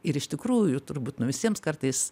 ir iš tikrųjų turbūt nu visiems kartais